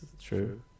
true